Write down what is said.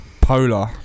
polar